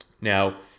Now